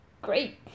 Great